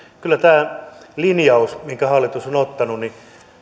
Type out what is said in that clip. tärkeää tämä linjaus minkä hallitus on ottanut